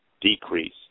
decrease